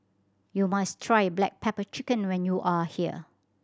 you must try black pepper chicken when you are here